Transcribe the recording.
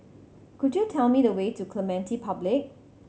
could you tell me the way to Clementi Public